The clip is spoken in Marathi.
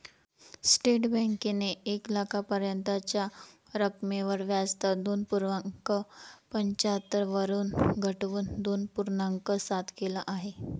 स्टेट बँकेने एक लाखापर्यंतच्या रकमेवर व्याजदर दोन पूर्णांक पंच्याहत्तर वरून घटवून दोन पूर्णांक सात केल आहे